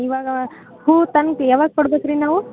ಇವಾಗ ಹೂ ತಂದ್ ಯಾವಾಗ ಕೊಡಬೇಕ್ರಿ ನಾವು